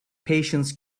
patience